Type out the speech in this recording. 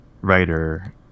writer